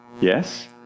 Yes